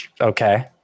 Okay